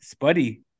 Spuddy